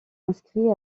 inscrit